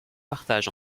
partage